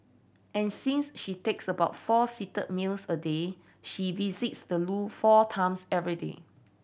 and since she takes about four seated meals a day she visits the loo four times every day